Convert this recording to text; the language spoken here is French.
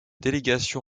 délégation